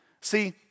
See